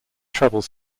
treble